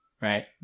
right